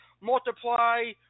multiply